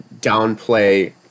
downplay